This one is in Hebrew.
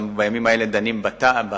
גם בימים האלה דנים בתמ"א